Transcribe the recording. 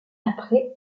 après